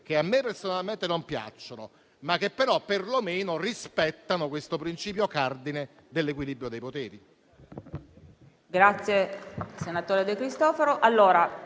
che a me personalmente non piacciono, ma che perlomeno rispettano il principio cardine dell'equilibrio dei poteri.